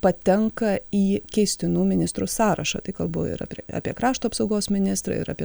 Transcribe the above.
patenka į keistinų ministrų sąrašą tai kalbu ir apie krašto apsaugos ministrą ir apie